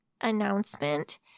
announcement